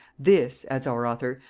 this, adds our author,